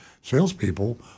salespeople